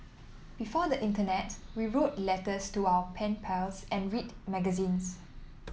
before the internet we wrote letters to our pen pals and read magazines